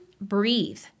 Breathe